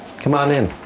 c'mon in